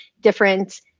different